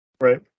Right